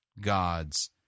gods